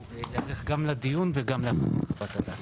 להיערך גם לדיון וגם להכין חוות דעת.